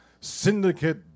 Syndicate